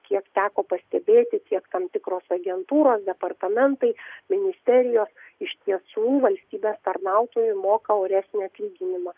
kiek teko pastebėti tiek tam tikros agentūros departamentai ministerijos iš tiesų valstybės tarnautojui moka oresnį atlyginimą